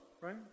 right